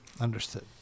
Understood